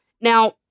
Now